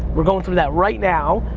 we're going through that right now,